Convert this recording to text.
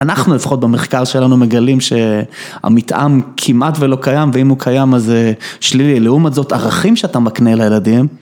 אנחנו לפחות במחקר שלנו מגלים שהמתאם כמעט ולא קיים ואם הוא קיים אז שלילי, לעומת זאת ערכים שאתה מקנה לילדים.